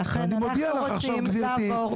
ואנחנו רוצים לעבור ב-100%.